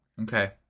Okay